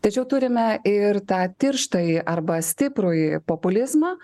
tačiau turime ir tą tirštąjį arba stiprųjį populizmą